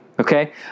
Okay